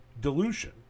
dilution